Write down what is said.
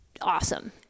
awesome